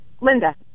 Linda